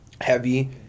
heavy